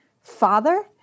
father